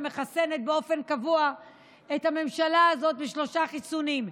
שמחסנת באופן קבוע את הממשלה הזאת בשלושה חיסונים: